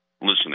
listening